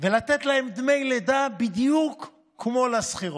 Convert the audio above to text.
ולתת להן דמי לידה בדיוק כמו לשכירות.